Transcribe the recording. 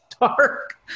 dark